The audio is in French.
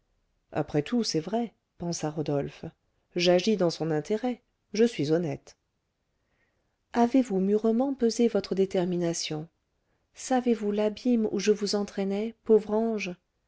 après tout c'est vrai pensa rodolphe j'agis dans son intérêt je suis honnête avez-vous mûrement pesé votre détermination savez-vous l'abîme où je vous entraînais pauvre ange